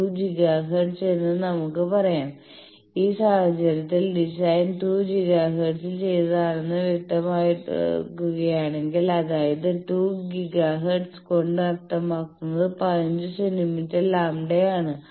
2 gigahertz എന്ന് നമുക്ക് പറയാം ഈ സാഹചര്യത്തിൽ ഡിസൈൻ 2 ഗിഗാ ഹെർട്സിൽ ചെയ്തതാണെന്ന് വ്യക്തമാക്കുകയാണെങ്കിൽഅതായത് 2 ഗിഗാ ഹെർട്സ് കൊണ്ട് അർത്ഥമാക്കുന്നത് 15 സെന്റീമീറ്റർ ലാംഡയാണ്